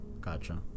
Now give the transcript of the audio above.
Gotcha